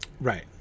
Right